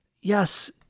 yes